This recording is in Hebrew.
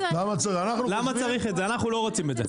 אנחנו לא רוצים את זה.